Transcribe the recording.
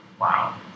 Wow